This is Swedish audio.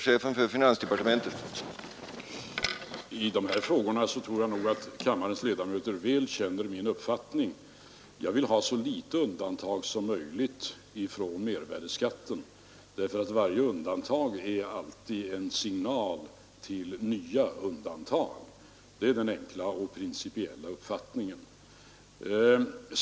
Herr talman! I de här frågorna tror jag nog att kammarens ledamöter väl känner min uppfattning. Jag vill ha så litet undantag som möjligt från mervärdeskatten, eftersom varje undantag är en signal till nya undantag. Det är den enkla och principiella uppfattningen.